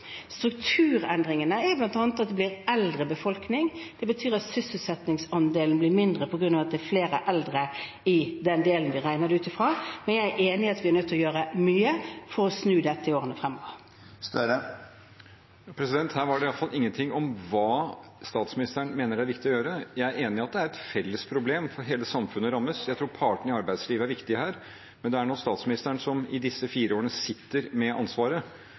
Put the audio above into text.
Strukturendringene handler bl.a. om at vi blir en eldre befolkning. Det betyr at sysselsettingsandelen blir mindre på grunn av at det er flere eldre i den delen vi regner ut fra. Men jeg er enig i at vi er nødt til å gjøre mye for å snu dette i årene fremover. Her var det i hvert fall ingenting om hva statsministeren mener er viktig å gjøre. Jeg er enig i at det er et felles problem, for hele samfunnet rammes. Jeg tror partene i arbeidslivet er viktige her, men det er nå statsministeren som i disse fire årene sitter med ansvaret.